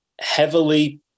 heavily